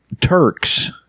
Turks